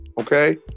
Okay